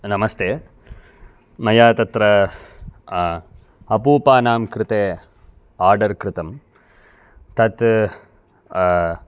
नमस्ते मया तत्र अपूपानां कृते आर्डर् कृतम् तत्